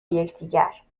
یکدیگر